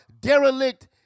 derelict